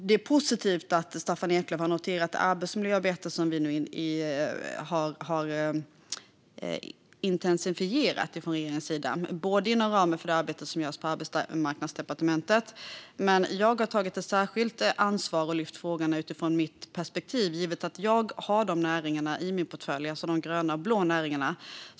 Det är positivt att Staffan Eklöf har noterat det arbetsmiljöarbete som regeringen har intensifierat inom ramen för det arbete som görs på Arbetsmarknadsdepartementet. Men jag har också tagit ett särskilt ansvar och lyft upp frågorna utifrån mitt perspektiv, givet att jag i min portfölj har de gröna och blå näringarna.